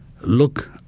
look